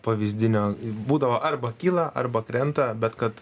pavyzdinio būdavo arba kyla arba krenta bet kad